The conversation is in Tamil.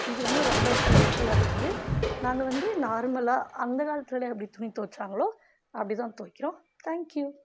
இது வந்து ரொம்ப ஹெல்ப்ஃபுல்லாக இருக்குது நாங்கள் வந்து நார்மலாக அந்த காலத்திலலாம் எப்படி துணி துவைச்சாங்களோ அப்படிதான் துவைக்கிறோம் தேங்க்யூ